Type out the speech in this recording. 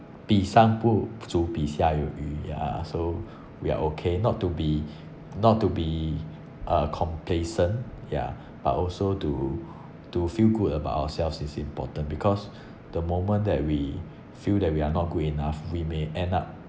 比上不足比下有余 ya so we are okay not to be not to be uh complacent yeah but also to to feel good about ourselves is important because the moment that we feel that we are not good enough we may end up